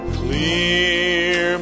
clear